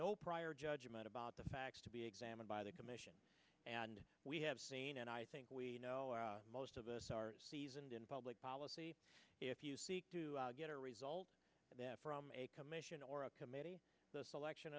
no prior judgment about the facts to be examined by the commission and we have seen and i think we know most of us are and in public policy if you seek to get a result of that from a commission or a committee the selection